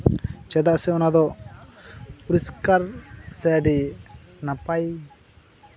ᱪᱮᱫᱟᱜ ᱥᱮ ᱚᱱᱟᱫᱚ ᱯᱚᱨᱤᱥᱠᱟᱨ ᱥᱮ ᱟᱹᱰᱤ ᱱᱟᱯᱟᱭ